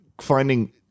finding